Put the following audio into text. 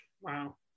Wow